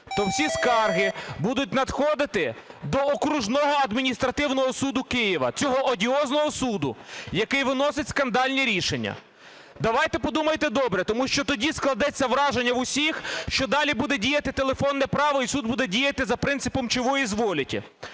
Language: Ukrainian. то всі скарги будуть надходити до окружного адміністративного суду Києва, цього одіозного суду, який виносить скандальні рішення. Давайте подумайте добре, тому що тоді складеться враження в усіх, що далі буде діяти телефонне право і суд буде діяти за принципом "чего изволите".